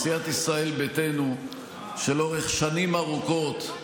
סיעת ישראל ביתנו הצביעה לאורך שנים ארוכות,